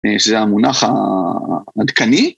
‫זה המונח העדכני?